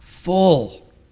full